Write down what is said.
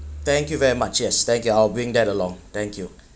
thank you very much yes thank you I'll bring that along thank you